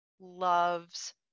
loves